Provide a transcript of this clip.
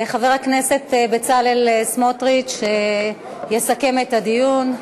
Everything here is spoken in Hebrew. חבר הכנסת בצלאל סמוטריץ יסכם את הדיון.